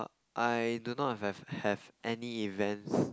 I do not have have any events